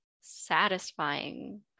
satisfying